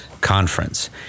conference